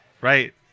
right